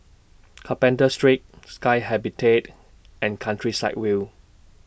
Carpenter Street Sky Habitat and Countryside View